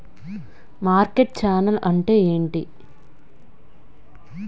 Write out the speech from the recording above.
Market channel అంటే ఏమిటి?